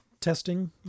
testing